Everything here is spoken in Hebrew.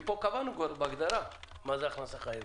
כי פה קבענו כבר בהגדרה מה היא הכנסה חייבת.